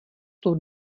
tou